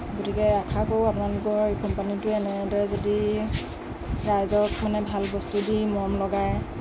গতিকে আশা কৰোঁ আপোনালোকৰ এই কোম্পানীটোৱে এনেদৰে যদি ৰাইজক মানে ভাল বস্তু দি মৰম লগায়